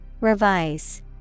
Revise